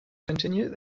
continued